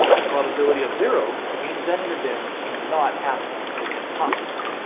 a probability of zero means that an event cannot happen, it's impossible.